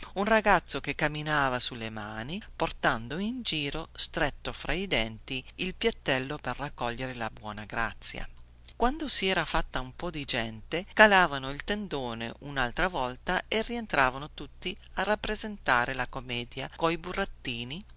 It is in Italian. un ragazzo che camminava sulle mani portando in giro stretto fra i denti il piattello per raccogliere la buona grazia quando si era fatta un po di gente calavano il tendone unaltra volta e rientravano tutti a rappresentare la commedia coi burattini